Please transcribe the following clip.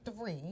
three